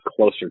closer